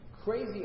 crazy